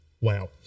wow